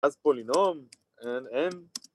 ‫אז פולינום, אם m.